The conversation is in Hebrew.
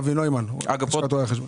אבי נוימן, לשכת רואי החשבון.